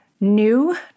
new